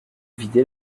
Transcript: vider